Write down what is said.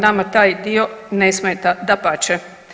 Nama taj dio ne smeta, dapače.